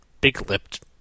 Big-lipped